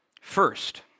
First